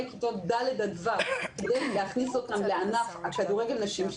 כיתות ד' עד ו' כדי להכניס אותן לענף כדורגל הנשים,